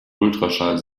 ultraschall